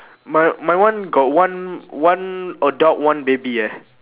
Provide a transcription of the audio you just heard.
my my one got one one adult one baby eh